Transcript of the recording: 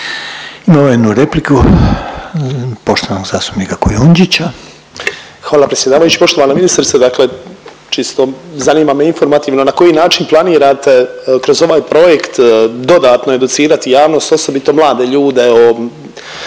Imamo jednu repliku poštovanog zastupnika Kujundžića. **Kujundžić, Ante (MOST)** Hvala predsjedavajući. Poštovana ministrice dakle čisto zanima me informativno na koji način planirate kroz ovaj projekt dodatno educirati javnost osobito mlade ljude o